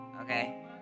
okay